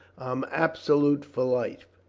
i'm absolute for life!